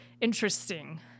interesting